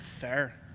fair